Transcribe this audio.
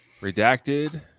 redacted